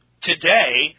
today